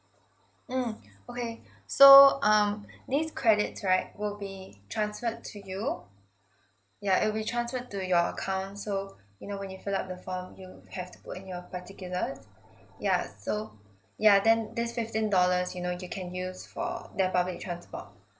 mm okay so um these credits right will be transferred to you yeah it'll be transferred to your account so you know when you fill up the form you have to put in your particulars yeah so yeah then this fifteen dollars you know you can use for the public transport